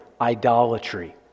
Idolatry